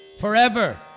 forever